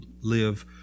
live